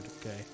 okay